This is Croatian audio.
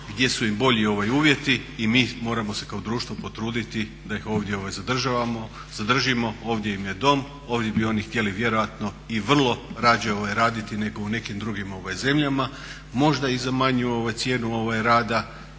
gdje su im bolji uvjeti i mi moramo se kao društvo potruditi da ih ovdje zadržimo. Ovdje im je dom, ovdje bi oni htjeli vjerojatno i vrlo rađe raditi nego u nekim drugim zemljama, možda i za manju cijenu rada